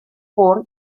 por